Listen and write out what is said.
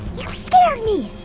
you scared me! shhh!